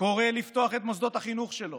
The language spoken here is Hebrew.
קורא לפתוח את מוסדות החינוך שלו